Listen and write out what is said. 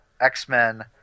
X-Men